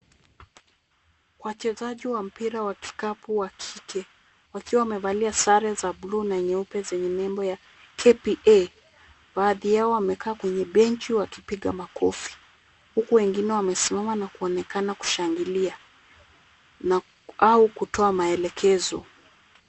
Wachezaji wa mpira wa kikapu wa kike wakiwa wamevalia sare za buluu na nyeupe, zenye nembo ya KPA. Baadhi yao wamekaa kwenye benchi wakipiga makofi, huku wengine wamesimama na kuonekana kushangilia au kutoa maelekezo.